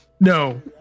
No